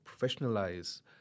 professionalize